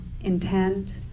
intent